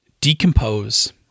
decompose